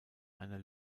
einer